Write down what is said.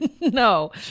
No